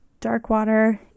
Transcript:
Darkwater